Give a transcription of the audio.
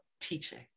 teaching